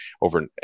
over